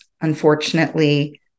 unfortunately